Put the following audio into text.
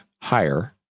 higher